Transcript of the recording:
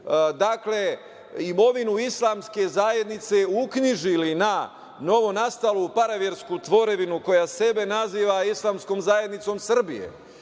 su imovinu Islamske zajednice uknjižili na novonastalu, paravesku tvorevinu, koja sebe naziva Islamskom zajednicom Srbije,